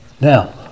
Now